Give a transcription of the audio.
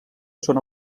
són